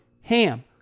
HAM